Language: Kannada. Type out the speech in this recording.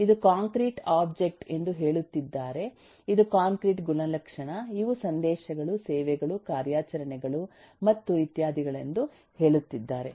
ಇದು ಕಾಂಕ್ರೀಟ್ ಒಬ್ಜೆಕ್ಟ್ ಎಂದು ಹೇಳುತ್ತಿದ್ದಾರೆ ಇದು ಕಾಂಕ್ರೀಟ್ ಗುಣಲಕ್ಷಣ ಇವು ಸಂದೇಶಗಳು ಸೇವೆಗಳು ಕಾರ್ಯಾಚರಣೆಗಳು ಮತ್ತು ಇತ್ಯಾದಿಗಳೆಂದು ಹೇಳುತ್ತಿದ್ದಾರೆ